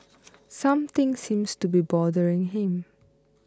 something seems to be bothering him